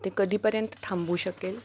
ते कधीपर्यंत थांबू शकेल